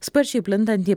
sparčiai plintantį